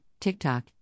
TikTok